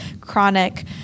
chronic